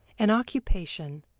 an occupation,